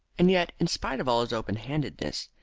and yet, in spite of all his open-handedness,